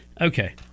Okay